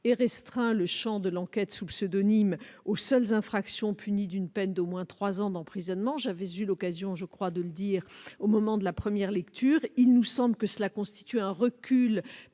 ait restreint le champ de l'enquête sous pseudonyme aux seules infractions punies d'une peine d'au moins trois ans d'emprisonnement. J'avais eu l'occasion de le dire en première lecture, il nous semble que cela constitue un recul